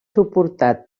suportat